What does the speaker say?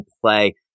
play